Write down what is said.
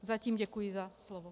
Zatím děkuji za slovo.